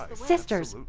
sisters,